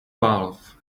valve